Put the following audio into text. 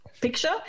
picture